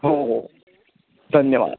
हो हो धन्यवाद